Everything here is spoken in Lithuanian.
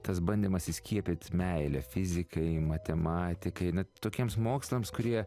tas bandymas įskiepyt meilę fizikai matematikai na tokiems mokslams kurie